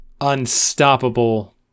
unstoppable